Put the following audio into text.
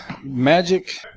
magic